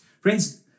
Friends